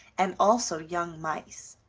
and also young mice.